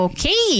Okay